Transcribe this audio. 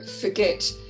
forget